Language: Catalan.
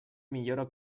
millora